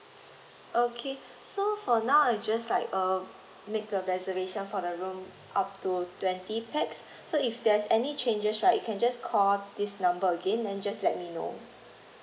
okay so for now I'll just like uh make the reservation for the room up to twenty pax so if there's any changes right you can just call this number again then just let me know